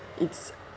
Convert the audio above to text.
it's